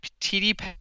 TD